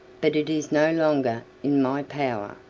but it is no longer in my power,